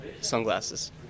Sunglasses